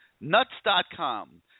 Nuts.com